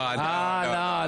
הוא לא דיבר.